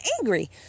angry